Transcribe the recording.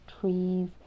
trees